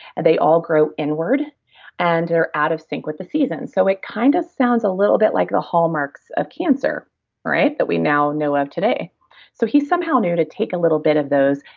and they all grow inward and they're out of sync with the seasons. so it kind of sounds a little bit like the hallmarks of cancer that we now know of today so he somehow knew to take a little bit of those,